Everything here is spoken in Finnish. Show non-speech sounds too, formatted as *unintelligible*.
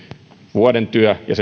vuoden työ ja *unintelligible*